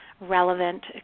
relevant